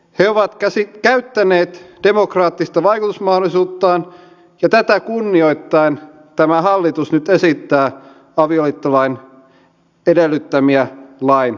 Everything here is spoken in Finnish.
he ovat käyttäneet demokraattista vaikutusmahdollisuuttaan ja tätä kunnioittaen tämä hallitus nyt esittää avioliittolain edellyttämiä lainmuutoksia